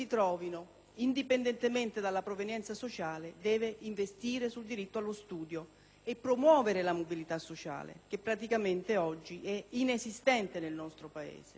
indipendentemente dalla provenienza sociale, deve investire sul diritto allo studio e promuovere la mobilità sociale che, praticamente, oggi è inesistente nel nostro Paese.